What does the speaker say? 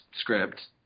script